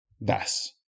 thus